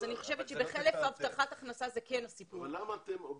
אבל אני חושבת שבחלף הבטחת הכנסה זה כן הסיפור.